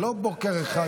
זה לא בוקר אחד,